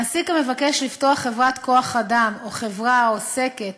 מעסיק המבקש לפתוח חברת כוח-אדם או חברה העוסקת